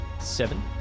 Seven